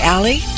Alley